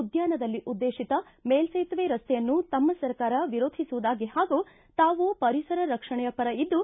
ಉದ್ದಾನದಲ್ಲಿ ಉದ್ದೇತಿತ ಮೇಲ್ಲೇತುವೆ ರಸ್ತೆಯನ್ನು ತಮ್ಮ ಸರ್ಕಾರ ವಿರೋಧಿಸುವುದಾಗಿ ಹಾಗೂ ತಾವು ಪರಿಸರ ರಕ್ಷಣೆಯ ಪರ ಇದ್ದು